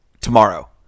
tomorrow